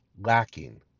lacking